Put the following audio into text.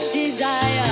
desire